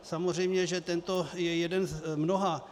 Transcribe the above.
Samozřejmě že tento je jeden z mnoha.